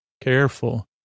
careful